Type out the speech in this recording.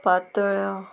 पातळ